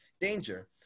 danger